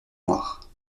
noir